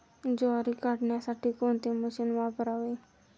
ज्वारी काढण्यासाठी कोणते मशीन वापरावे?